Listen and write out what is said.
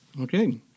Okay